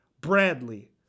Bradley